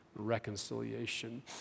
reconciliation